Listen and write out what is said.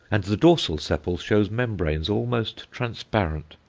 and the dorsal sepal shows membranes almost transparent,